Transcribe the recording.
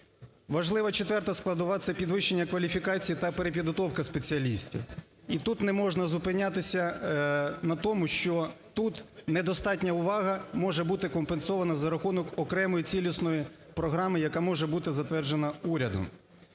Важлива четверта складова – це підвищення кваліфікації та перепідготовка спеціалістів. І тут не можна зупинятися на тому, що тут недостатня увага може бути компенсована за рахунок окремої цілісної програми, яка може бути затверджена урядом.